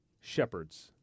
shepherds